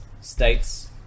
states